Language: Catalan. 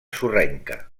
sorrenca